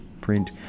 Print